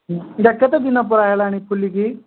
ଏଇଟା କେତେ ଦିନ ପରେ ହେଲାଣି ଫୁଲିକି